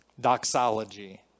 doxology